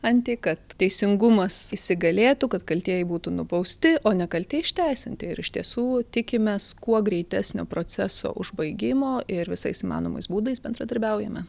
ant i kad teisingumas įsigalėtų kad kaltieji būtų nubausti o nekalti išteisinti ir iš tiesų tikimės kuo greitesnio proceso užbaigimo ir visais įmanomais būdais bendradarbiaujame